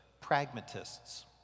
pragmatists